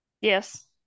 Yes